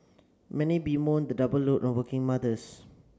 many bemoan the double load on working mothers